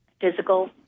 physical